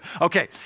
Okay